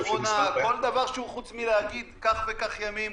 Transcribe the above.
כל דבר שהוא מחוץ מאשר להגיד כך וכך ימים,